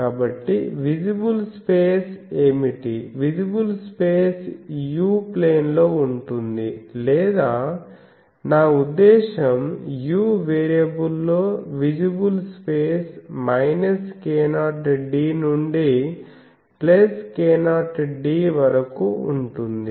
కాబట్టి visible space ఏమిటి visible space u ప్లేన్లో ఉంటుంది లేదా నా ఉద్దేశ్యం u వేరియబుల్లో విజిబుల్ స్పేస్ k0d నుండి k0d వరకు ఉంటుంది